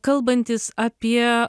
kalbantys apie